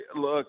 Look